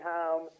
home